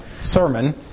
sermon